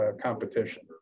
competition